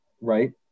right